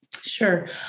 Sure